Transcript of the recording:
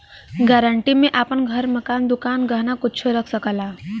guarantee में आपन घर, मकान, दुकान, गहना कुच्छो रख सकला